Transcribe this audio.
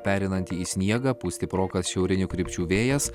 pereinanti į sniegą pūs stiprokas šiaurinių krypčių vėjas